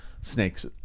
snakes